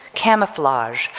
camouflage,